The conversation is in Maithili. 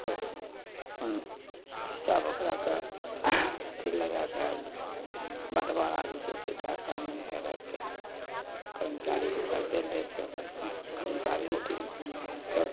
चलबै अपन हिस्सा बखराके अथी लगैके बँटवारा जे छै से कै के करमचारीके पाइ देल जाइ छै अपनेसे करमचारी ओकिल सब